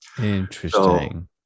Interesting